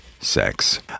sex